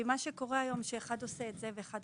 כי מה שקורה היום זה שכל גוף עושה דבר אחר וגם המשרד